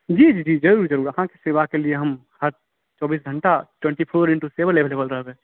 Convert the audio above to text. जी जी जी जरुर जरुर अहाँकेँ सेवाके लिए हम हर चौबीस घण्टा twenty four into seven available रहबै